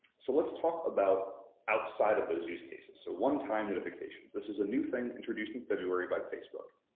so let's talk about outside of those use cases. so one-time notifications, this is a new thing introduced in february by facebook.